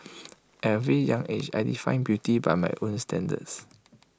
at A very young age I defined beauty by my own standards